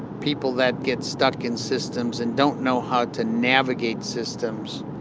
people that get stuck in systems and don't know how to navigate systems,